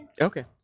Okay